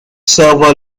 server